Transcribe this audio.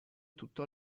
tutto